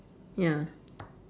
ya